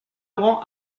rend